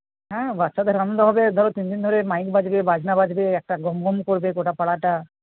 হ্যাঁ বাচ্চাদের আনন্দ হবে ধরো তিনদিন ধরে মাইক বাজবে বাজনা বাজবে একটা গমগম করবে গোটা পাড়াটা